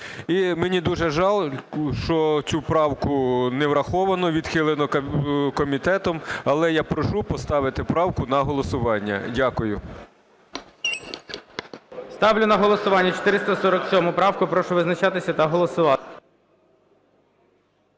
мені дуже жалко, що цю правку не враховано, відхилено комітетом, але я прошу поставити правку на голосування. Дякую. ГОЛОВУЮЧИЙ. Ставлю на голосування 447 правку. Прошу визначатися та голосувати.